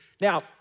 Now